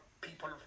people